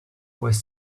was